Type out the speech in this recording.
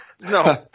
no